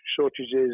shortages